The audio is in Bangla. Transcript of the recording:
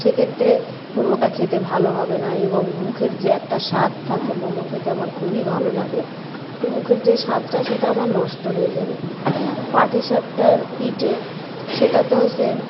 সে ক্ষেত্রে মোমোটা খেতে ভালো হবে না এবং মুখের যে একটা স্বাদ থাকে মোমো খেতে আমার খুবই ভালো লাগে তো মুখের যে স্বাদটা সেটা আমার নষ্ট হয়ে যাবে পাটিসাপটার পিটে সেটাতেও সেম